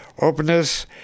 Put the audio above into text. openness